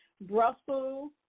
Brussels